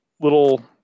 little